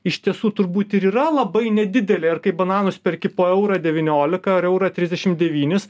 iš tiesų turbūt ir yra labai nedidelė ir kai bananus perki po eurą devyniolika ar eurą trisdešim devynis